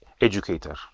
educator